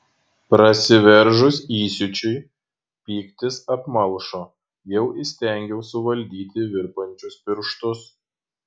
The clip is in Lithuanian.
prasiveržus įsiūčiui pyktis apmalšo jau įstengiau suvaldyti virpančius pirštus